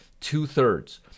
Two-thirds